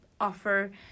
offer